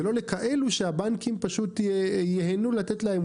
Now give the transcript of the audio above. ולא לכאלו שהבנקים פשוט ייהנו לתת להם,